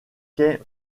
kay